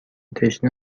تشنه